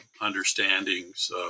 understandings